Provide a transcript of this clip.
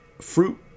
fruit